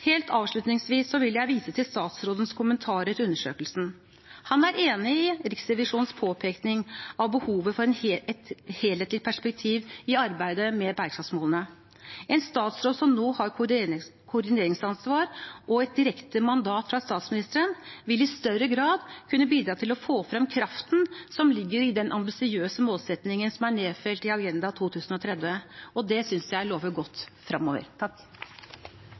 Helt avslutningsvis vil jeg vise til statsrådens kommentarer til undersøkelsen. Han er enig i Riksrevisjonens påpekning av behovet for et helhetlig perspektiv i arbeidet med bærekraftsmålene. En statsråd som nå har koordineringsansvar og et direkte mandat fra statsministeren, vil i større grad kunne bidra til å få frem kraften som ligger i den ambisiøse målsettingen som er nedfelt i 2030-agendaen, og det synes jeg lover godt